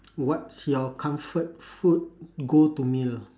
what's your comfort food go-to meal